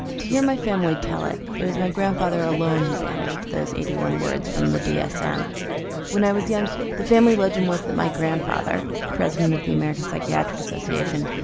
to hear my family tell it, it was my grandfather alone who banished those eighty one words from the dsm. like when i was young the family legend was that my grandfather, president of the american psychiatric association,